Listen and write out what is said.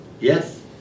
Yes